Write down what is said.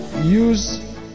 use